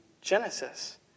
Genesis